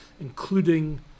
including